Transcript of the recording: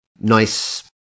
nice